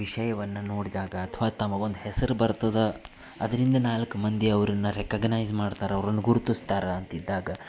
ವಿಷಯವನ್ನು ನೋಡಿದಾಗ ಅಥವಾ ತಮಗೊಂದು ಹೆಸರು ಬರ್ತದೆ ಅದರಿಂದ ನಾಲ್ಕು ಮಂದಿ ಅವರನ್ನ ರೆಕಗ್ನೈಝ್ ಮಾಡ್ತಾರ್ ಅವ್ರನ್ನು ಗುರ್ತಸ್ತಾರೆ ಅಂತಿದ್ದಾಗ